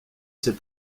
ses